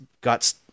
got